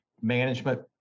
management